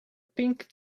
pink